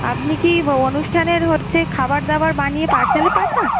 আপনি কি অনুষ্ঠানের হচ্ছে খাবার দাবার বানিয়ে পার্সেলে পাঠান